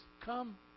come